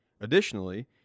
Additionally